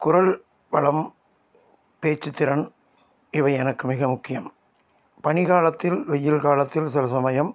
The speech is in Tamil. குரல் வளம் பேச்சுத்திறன் இவை எனக்கு மிக முக்கியம் பனி காலத்தில் வெயில் காலத்தில் சில சமயம்